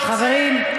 חברים,